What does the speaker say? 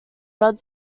rod